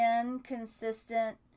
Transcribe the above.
inconsistent